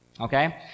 okay